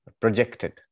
projected